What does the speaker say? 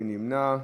מי נמנע?